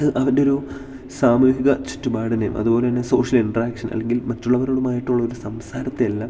അത് അവന്റൊരു സാമൂഹിക ചുറ്റുപാടിനെയും അതു പോലെ തന്നെ സോഷ്യൽ ഇൻ്ററാക്ഷൻ അല്ലെങ്കിൽ മറ്റുള്ളവരോടുമായിട്ടുള്ള ഒരു സംസാരത്തെയെല്ലാം